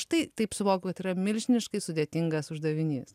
štai taipsuvok kad milžiniškai sudėtingas uždavinys